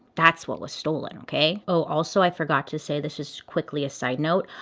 that's what was stolen okay? oh, also i forgot to say, this is quickly a side note,